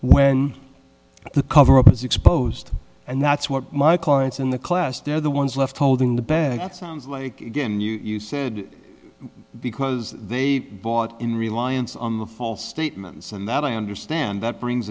when the cover up is exposed and that's what my clients in the class they're the ones left holding the bag it sounds like again you've said because they bought in reliance on the false statements and that i understand that brings